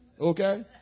Okay